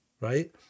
right